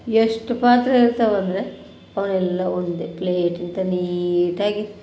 ಎಷ್ಟು ಪಾತ್ರೆ ಇರ್ತಾವಂದ್ರೆ ಅವನ್ನೆಲ್ಲ ಒಂದೆ ಪ್ಲೇಟಿಂದ ನೀಟಾಗಿ